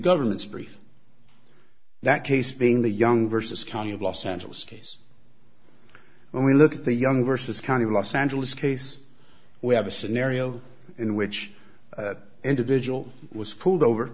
government's brief that case being the young versus county of los angeles case when we look at the younger sister county of los angeles case we have a scenario in which individual was pulled over